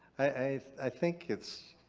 i i think it's